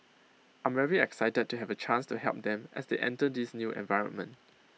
I'm very excited to have A chance to help them as they enter this new environment